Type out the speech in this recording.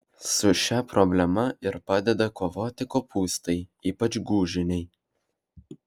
su šia problema ir padeda kovoti kopūstai ypač gūžiniai